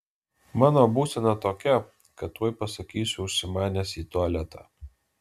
mano būsena tokia kad tuoj pasakysiu užsimanęs į tualetą